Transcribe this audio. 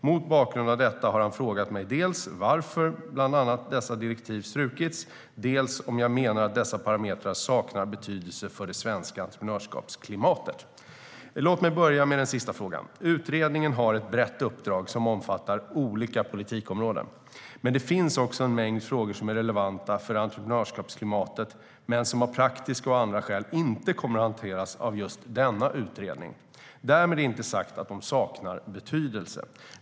Mot bakgrund av detta har han frågat mig dels varför bland annat dessa direktiv strukits, dels om jag menar att dessa parametrar saknar betydelse för det svenska entreprenörskapsklimatet. Låt mig börja med den sista frågan. Utredningen har ett brett uppdrag som omfattar olika politikområden, men det finns också en mängd frågor som är relevanta för entreprenörskapsklimatet men som av praktiska och andra skäl inte kommer att hanteras av just denna utredning. Därmed inte sagt att de saknar betydelse.